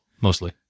mostly